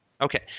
Okay